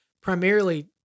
primarily